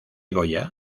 goya